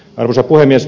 arvoisa puhemies